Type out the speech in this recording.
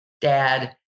dad